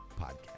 podcast